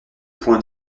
points